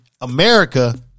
America